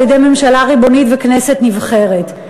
על-ידי ממשלה ריבונית וכנסת נבחרת.